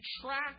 track